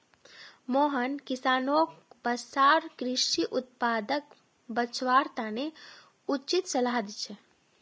मोहन किसानोंक वसार कृषि उत्पादक बेचवार तने उचित सलाह दी छे